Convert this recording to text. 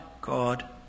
God